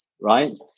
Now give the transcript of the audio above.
Right